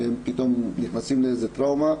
שהם פתאום נכנסים לאיזה טראומה,